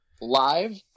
live